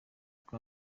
rwa